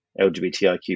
LGBTIQ